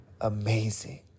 amazing